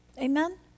Amen